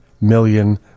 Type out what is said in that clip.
million